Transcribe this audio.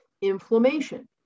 Inflammation